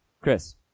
Chris